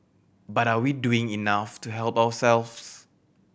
but are we doing enough to help ourselves